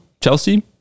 Chelsea